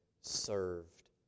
served